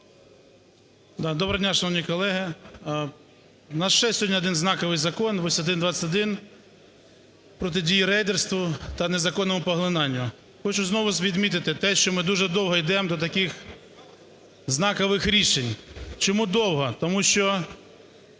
Доброго дня, шановні колеги! У нас ще сьогодні один знаковий закон 8121 – протидія рейдерству та незаконному поглинанню. Хочу знову відмітити те, що ми дуже довго йдемо до таких знакових рішень. Чому довго? Тому що